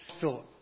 Philip